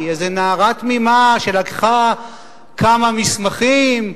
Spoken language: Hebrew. היא איזה נערה תמימה שלקחה כמה מסמכים,